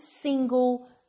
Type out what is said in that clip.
single